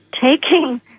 taking